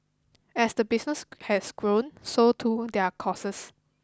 as the business has grown so too their costs